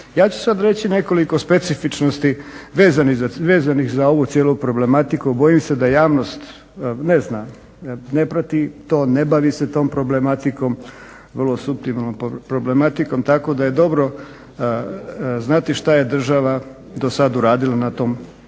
Ja ću sad reći nekoliko specifičnosti vezano za ovu cijelu problematiku. Bojim se da javnost ne zna, ne prati to, ne bavi se tom problematikom, vrlo suptilnom problematikom, tako da je dobro znati šta je država do sad uradila na tom polju.